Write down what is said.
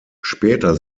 später